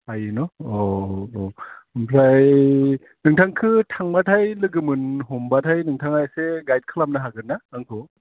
थायो ना अह अह ओमफ्राय नोंथांखौ थांबाथाय लोगो मोन हमबाथाय नोंथाङा एसे गाइद खालामनो हागोन ना आंखौ